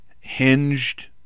hinged